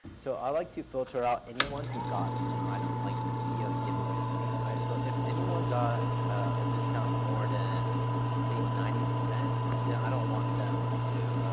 so i like to filter out anyone who got an item like via giveaway from me. and so if anyone got a discount more than say, ninety percent then i don't want them to.